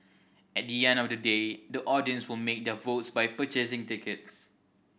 at the end of the day the audience will make their votes by purchasing tickets